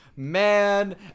Man